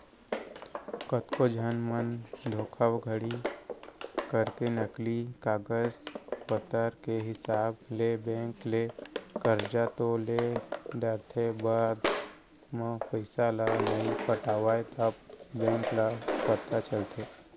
कतको झन मन धोखाघड़ी करके नकली कागज पतर के हिसाब ले बेंक ले करजा तो ले डरथे बाद म पइसा ल नइ पटावय तब बेंक ल पता चलथे